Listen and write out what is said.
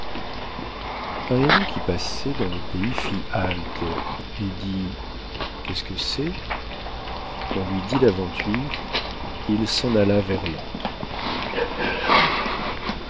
un héros qui passait dans le pays fit halte et dit qu'est-ce que c'est on lui dit l'aventure il s'en alla vers l'antre